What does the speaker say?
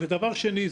דבר שני,